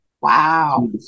Wow